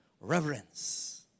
reverence